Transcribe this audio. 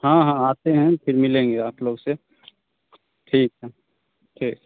हाँ हाँ आते हैं फिर मिलेंगे आप लोग से ठीक है ठीक है